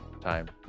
time